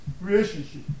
relationship